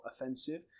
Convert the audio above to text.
offensive